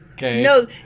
No